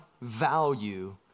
value